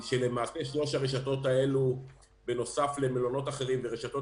שלוש הרשתות האלה בנוסף למלונות אחרים ורשתות